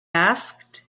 asked